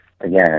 Again